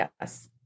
Yes